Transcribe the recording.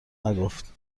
نگفت